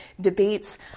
debates